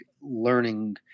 learning